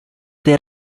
there